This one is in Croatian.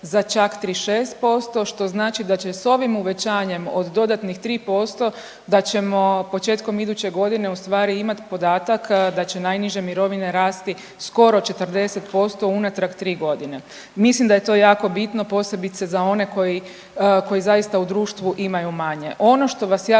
za čak 36% što znači da će s ovim uvećanjem od dodatnih 3% da ćemo početkom iduće godine ustvari imat podatak da će najniže mirovine rasti skoro 40% unatrag 3.g.. Mislim da je to jako bitno posebice za one koji, koji zaista u društvu imaju manje.